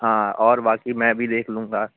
हाँ और बाकी मैं भी देख लूँगा